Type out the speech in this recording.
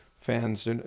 fans